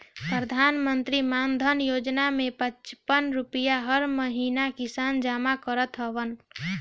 प्रधानमंत्री मानधन योजना में पचपन रुपिया हर महिना किसान जमा करत हवन